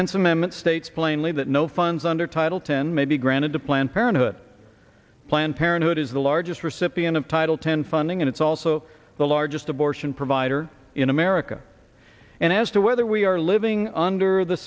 and some member states plainly that no funds under title ten may be granted to planned parenthood planned parenthood is the largest recipient of title ten funding and it's also the largest abortion provider in america and as to whether we are living under the